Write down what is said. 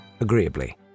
agreeably